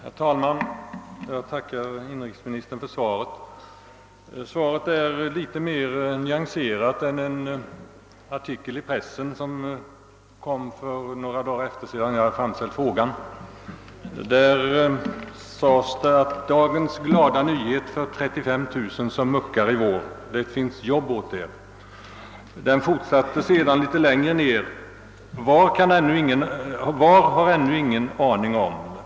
Herr talman! Jag tackar inrikesministern för svaret på min fråga. Svaret är något mer nyanserat än vad som framhålles i en artikel, som publicerades i pressen några dagar efter det att jag framställt frågan. Det hette där: »Dagens glada nyhet för 35000 värnpliktiga som muckar i vår: Det finns jobb åt er!» Något längre fram skrev man: »Var har man ännu ingen aning om.